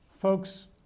Folks